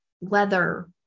leather